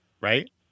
Right